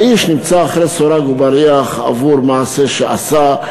האיש נמצא מאחורי סורג ובריח בגלל מעשה שעשה,